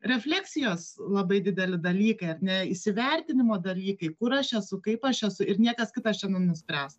refleksijos labai dideli dalykai ar ne įsivertinimo dalykai kur aš esu kaip aš esu ir niekas kitas čia nenuspręs